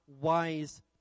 wise